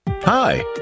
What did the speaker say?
Hi